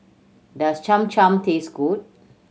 does Cham Cham taste good